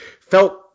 felt